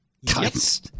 Yes